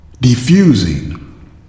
diffusing